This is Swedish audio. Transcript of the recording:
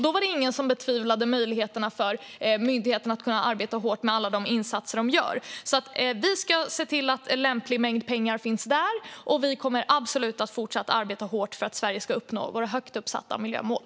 Då var det ingen som betvivlade möjligheterna för myndigheterna att arbeta hårt med alla sina insatser. Vi ska se till att en lämplig mängd pengar finns, och vi kommer absolut att fortsätta arbeta hårt för att vi i Sverige ska uppnå våra högt uppsatta miljömål.